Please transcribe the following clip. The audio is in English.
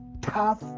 tough